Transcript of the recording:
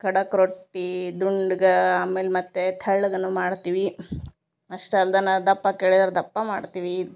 ಖಡಕ್ ರೊಟ್ಟಿ ದುಂಡ್ಗಾ ಆಮೇಲೆ ಮತ್ತೆ ತೆಳ್ಳಗನು ಮಾಡ್ತೀವಿ ಅಷ್ಟ ಅಲ್ದನ ದಪ್ಪ ಕೆಳೆಯರೆ ದಪ್ಪ ಮಾಡ್ತೀವಿ